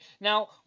Now